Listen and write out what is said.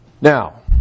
Now